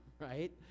right